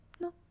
No